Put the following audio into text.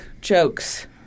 jokes